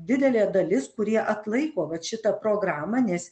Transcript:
didelė dalis kurie atlaiko vat šitą programą nes